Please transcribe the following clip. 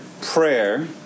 prayer